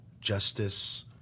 justice